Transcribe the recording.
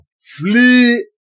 flee